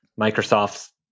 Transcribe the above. Microsoft's